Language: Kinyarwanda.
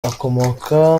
akomoka